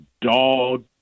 dog